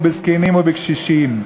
בזקנים ובקשישים.